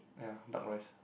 !aiya! duck rice